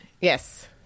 Yes